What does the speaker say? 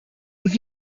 und